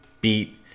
beat